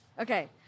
Okay